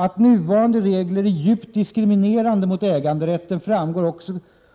Att nuvarande regler är djupt diskriminerande mot äganderätten framgår också